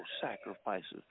sacrifices